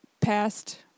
past